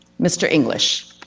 mr. english.